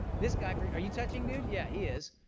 this guy, are you touching, dude? yeah, he is.